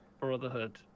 Brotherhood